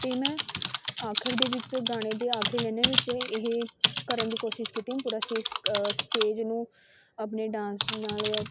ਅਤੇ ਮੈਂ ਅਖ਼ੀਰ ਦੇ ਵਿੱਚ ਗਾਣੇ ਦੇ ਆਖ਼ਰੀ ਲਾਇਨਾਂ ਵਿੱਚੋਂ ਇਹ ਕਰਨ ਦੀ ਕੋਸ਼ਿਸ਼ ਕੀਤੀ ਪੂਰਾ ਸਟੇਜ ਸਟੇਜ ਨੂੰ ਆਪਣੇ ਡਾਂਸ ਨਾਲ